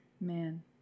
Man